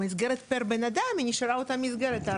המסגרת פר בן אדם נשארה אותה מסגרת, ה